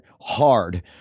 hard